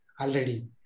already